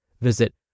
Visit